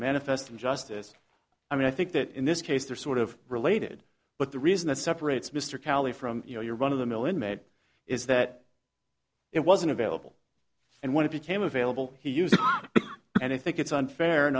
manifest injustice i mean i think that in this case they're sort of related but the reason that separates mr calley from you know your run of the mill inmate is that it wasn't available and when if you came available he used and i think it's unfair and